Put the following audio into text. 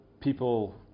people